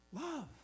love